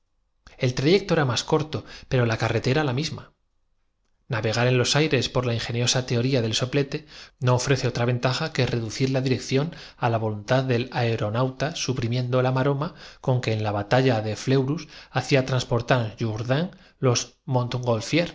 el trayecto era más corto pero por humano perteneciera en la escala zoológica á algún la carretera la misma navegar en los aires por la in congénere de la montura del escudero de don el pasado nos es absolutamente quijote geniosa teoría del soplete no ofrece otra ventaja que desconocido las cien reducir la dirección á la voluntad del aereonauta su cias retrospectivas al estudiarlo proceden casi por in primiendo la maroma con que en la batalla de fleurus ducción y mientras no tengamos conciencia del ayer hacía transportar jourdan los